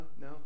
No